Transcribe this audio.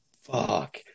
fuck